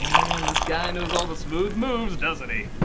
and this guy knows all the smooth moves, doesn't he?